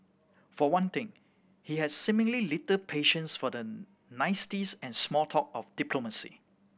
for one thing he had seemingly little patience for the niceties and small talk of diplomacy